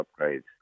upgrades